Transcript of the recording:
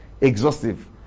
exhaustive